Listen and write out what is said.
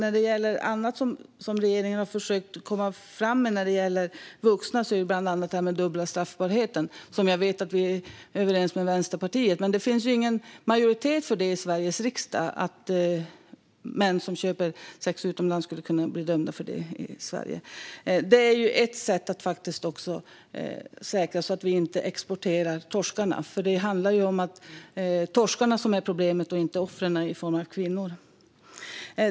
Men annat som regeringen har försökt komma fram med när det gäller vuxna är detta med dubbel straffbarhet, som jag vet att vi är överens om med Vänsterpartiet. Men det finns ju ingen majoritet i Sveriges riksdag för att män som köper sex utomlands ska kunna dömas för det i Sverige. Det skulle vara ett sätt att säkra att vi inte exporterar torskarna. Det är ju torskarna som är problemet, inte offren i form av kvinnor.